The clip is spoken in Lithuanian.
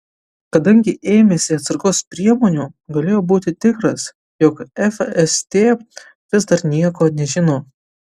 kadangi ėmėsi atsargos priemonių galėjo būti tikras jog fst vis dar nieko nežino